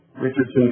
Richardson